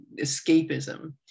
escapism